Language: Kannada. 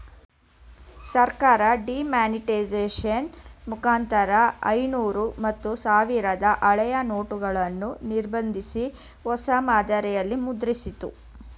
ಸರ್ಕಾರ ಡಿಮಾನಿಟೈಸೇಷನ್ ಮುಖಾಂತರ ಐನೂರು ಮತ್ತು ಸಾವಿರದ ಹಳೆಯ ನೋಟುಗಳನ್ನು ನಿರ್ಬಂಧಿಸಿ, ಹೊಸ ಮಾದರಿಯಲ್ಲಿ ಮುದ್ರಿಸಿತ್ತು